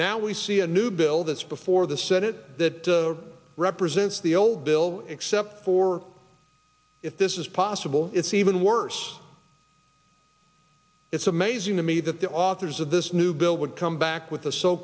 now we see a new bill that's before the senate that represents the old bill except for if this is possible it's even worse it's amazing to me that the authors of this new bill would come back with